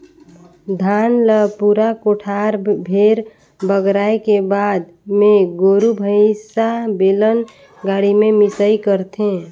धान ल पूरा कोठार भेर बगराए के बाद मे गोरु भईसा, बेलन गाड़ी में मिंसई करथे